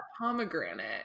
pomegranate